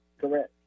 correct